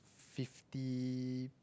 fifty